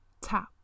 tap